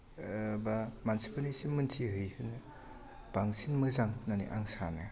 बा मानसिफोरनिसिम मोन्थिहैहोनो बांसिन मोजां होन्नानै आं सानो